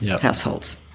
households